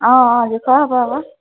অঁ অঁ হ'ব আকৌ